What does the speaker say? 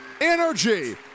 energy